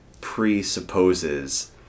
presupposes